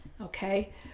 okay